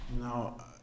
Now